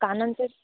कानांचे